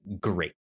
great